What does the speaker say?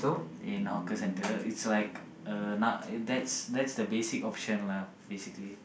in hawker centre it's like a na~ that's the basic option lah basically